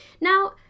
Now